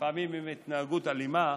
לפעמים עם התנהגות אלימה,